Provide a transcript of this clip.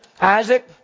Isaac